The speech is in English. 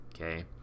Okay